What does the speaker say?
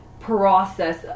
Process